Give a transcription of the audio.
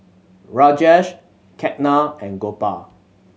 Rajesh Ketna and Gopal